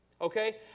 okay